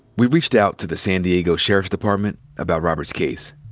we reached out to the san diego sheriff's department about robert's case.